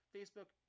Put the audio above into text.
Facebook